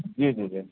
جی جی جی